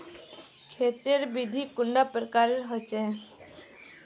खेत तेर विधि कैडा प्रकारेर होचे?